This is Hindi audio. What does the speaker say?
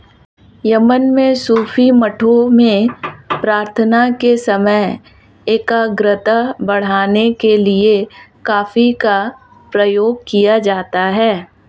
यमन में सूफी मठों में प्रार्थना के समय एकाग्रता बढ़ाने के लिए कॉफी का प्रयोग किया जाता था